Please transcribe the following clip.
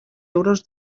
euros